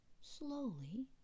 Slowly